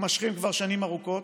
מתמשכים כבר שנים ארוכות.